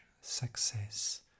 success